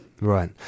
Right